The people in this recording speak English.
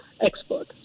expert